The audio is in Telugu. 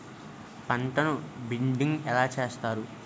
పంటను బిడ్డింగ్ ఎలా చేస్తారు?